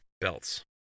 belts